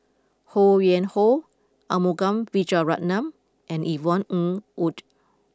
Ho Yuen Hoe Arumugam Vijiaratnam and Yvonne Ng Uhde